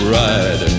ride